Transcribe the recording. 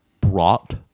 brought